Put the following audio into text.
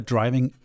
Driving